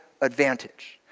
advantage